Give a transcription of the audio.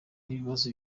n’ibibazo